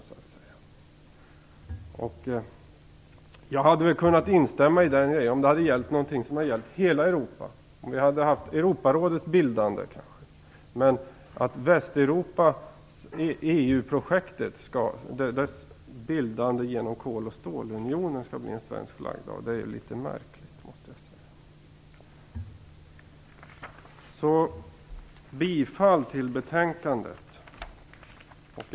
Jag hade kunnat instämma om det handlat om något som gällt hela Europa, t.ex. Europarådets bildande. Men att Västeuropas EU-projekt, genom bildandet av kol och stålunionen, skall förorsaka en svensk flaggdag är litet märkligt. Jag yrkar bifall till hemställan i betänkandet.